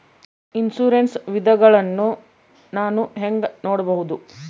Insurance ವಿಧಗಳನ್ನ ನಾನು ಹೆಂಗ ನೋಡಬಹುದು?